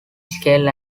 scale